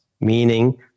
meaning